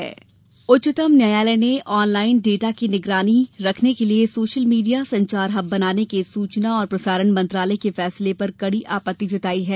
social media उच्चतम न्यायालय ने ऑनलाइन डाटा की निगरानी रखने के लिये सोशल मीडिया संचार हब बनाने के सूचना और प्रसारण मंत्रालय के फैसले पर कड़ी आपत्ति जताई है